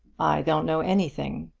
i don't know anything.